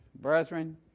Brethren